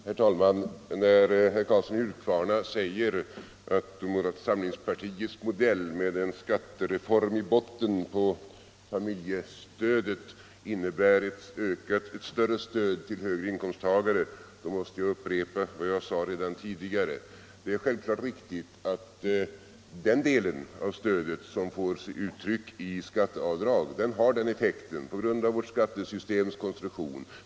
Herr talman! När herr Karlsson i Huskvarna säger att moderata samlingspartiets modell med en skattereform i botten på familjestödet innebär ett större stöd till högre inkomsttagare måste jag upprepa vad jag sade tidigare: Det är självklart riktigt att den delen av stödet som får sitt uttryck i skatteavdraget har den effekten, och detta på grund av vårt skattesystems konstruktion.